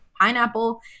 pineapple